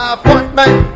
Appointment